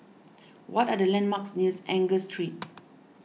what are the landmarks near Angus Street